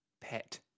pet